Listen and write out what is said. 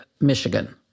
Michigan